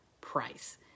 price